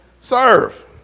serve